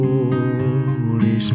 Holy